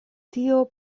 tio